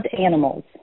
animals